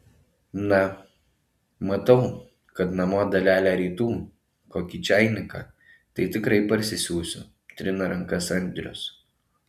na matau kad namo dalelę rytų kokį čainiką tai tikrai parsisiųsiu trina rankas andrius